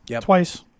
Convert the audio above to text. twice